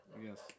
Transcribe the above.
Yes